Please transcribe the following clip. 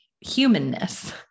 humanness